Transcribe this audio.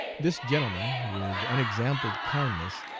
this gentleman, with unexampled kindness,